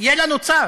יהיה לנו צו.